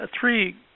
three